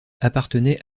appartenait